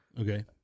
Okay